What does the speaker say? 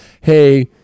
Hey